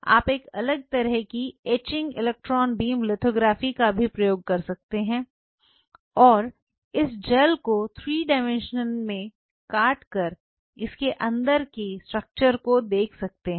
आप एक अलग तरह की एचिंग इलेक्ट्रॉन बीम लिथोग्राफी का भी प्रयोग कर सकते हैं और इस जेल को 3 डायमेंशन में काट कर इसके अंदर की संरचना को देख सकते हैं